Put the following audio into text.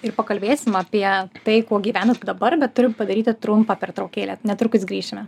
ir pakalbėsim apie tai kuo gyvenat dabar bet turiu padaryti trumpą pertraukėlę netrukus grįšime